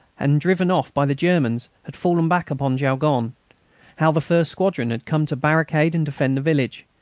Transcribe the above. and driven off by the germans had fallen back upon jaulgonne how the first squadron had come to barricade and defend the village,